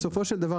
בסופו של דבר,